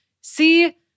See